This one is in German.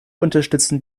unterstützen